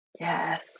Yes